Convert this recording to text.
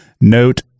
Note